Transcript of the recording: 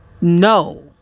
No